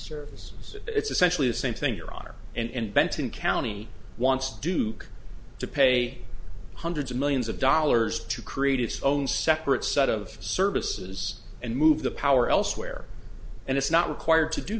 services it's essentially the same thing your honor and benton county wants do to pay hundreds of millions of dollars to create its own separate set of services and move the power elsewhere and it's not required to do